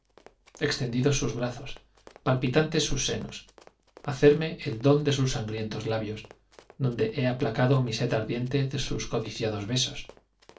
extendidos brazos palpitantes sus senos hacerme sus el don de sus sangrientos labios donde he aplacado mi sed ardiente de sus codiciados besos